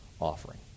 offering